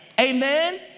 Amen